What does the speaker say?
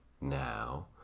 now